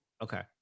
Okay